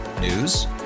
News